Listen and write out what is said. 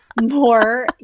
more